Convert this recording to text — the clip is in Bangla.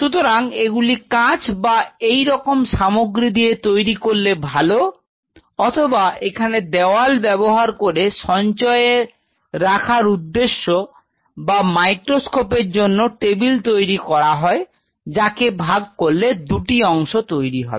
সুতরাং এগুলো কাচ বা এইরকম সামগ্রী দিয়ে তৈরি করলে ভালো অথবা এখানে দেওয়াল ব্যবহার করে সঞ্চয় রাখার উদ্দেশ্যে বা মাইক্রোস্কোপ এর জন্য টেবিল তৈরি করা হয় যাকে ভাগ করলে দুটি অংশে তৈরি হবে